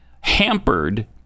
hampered